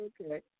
okay